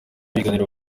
biganiro